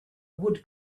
wood